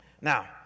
Now